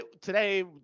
today